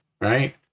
right